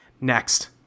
Next